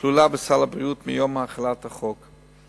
כלולה בסל הבריאות מיום החלת החוק.